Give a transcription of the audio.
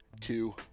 two